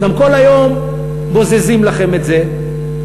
גם כל היום בוזזים לכם את זה,